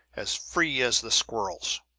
as free as the squirrels!